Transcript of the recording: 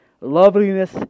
loveliness